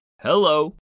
Hello